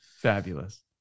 fabulous